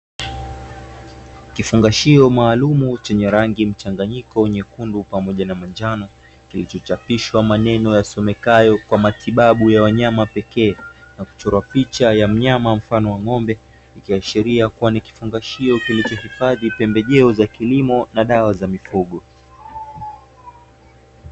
Kifungashio maalumu chenye rangi mchanganyiko, nyekundu pamoja na manjano. Kilichochapishwa maneno yasomekayo "kwa matibabu ya wanyama pekee" na kuchorwa picha ya mnyama mfano wa ng'ombe, ikiashiria kuwa ni kifungashio kilichohifadhi pembejeo za kilimo na dawa za mifugo.